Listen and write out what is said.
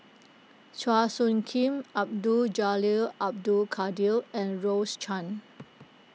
Chua Soo Khim Abdul Jalil Abdul Kadir and Rose Chan